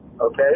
okay